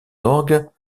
orgues